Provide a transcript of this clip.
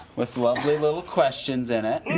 with lots of little questions in it.